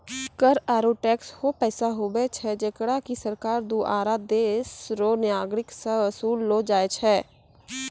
कर आरू टैक्स हौ पैसा हुवै छै जेकरा की सरकार दुआरा देस रो नागरिक सं बसूल लो जाय छै